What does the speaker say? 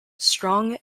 strong